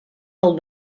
del